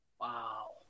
Wow